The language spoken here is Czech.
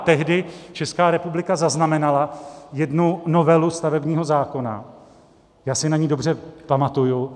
Tehdy Česká republika zaznamenala jednu novelu stavebního zákona, já si na ni dobře pamatuji.